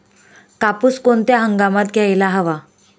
कापूस कोणत्या हंगामात घ्यायला हवा?